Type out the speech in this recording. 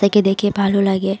তাকে দেখে ভালো লাগে